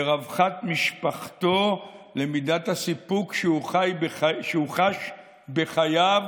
לרווחת משפחתו, למידת הסיפוק שהוא חש בחייו